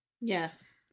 Yes